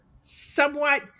somewhat